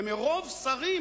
ומרוב שרים